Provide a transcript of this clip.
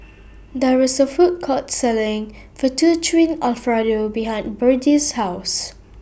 There IS A Food Court Selling Fettuccine Alfredo behind Berdie's House